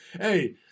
Hey